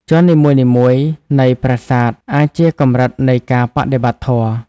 ជាន់នីមួយៗនៃប្រាសាទអាចជាកម្រិតនៃការបដិបត្តិធម៌។